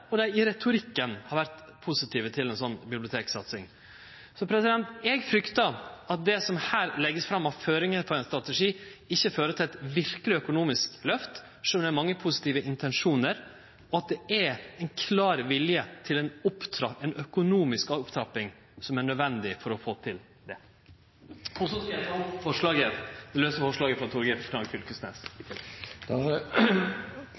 og dei i retorikken har vore positive til ei slik biblioteksatsing. Eg fryktar at det som her blir lagt fram av føringar for ein strategi, ikkje fører til eit verkeleg økonomisk løft, sjølv om det er mange positive intensjonar og ein klar vilje til den økonomiske opptrappinga som er nødvendig for å få til det. Så vil eg i tillegg ta opp forslaget vårt, nr. 1. Da har